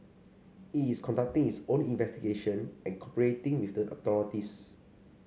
it's conducting its own investigation and cooperating with the authorities